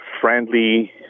friendly